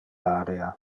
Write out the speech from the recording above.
area